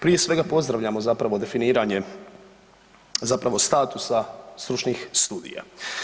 Prije svega, pozdravljamo zapravo definiranje zapravo statusa stručnih studija.